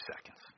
seconds